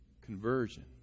Conversion